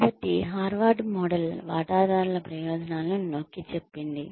కాబట్టి Harvard model వాటాదారుల ప్రయోజనాలను నొక్కి చెప్పింది